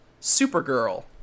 Supergirl